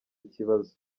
ikibazo